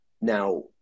Now